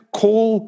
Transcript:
call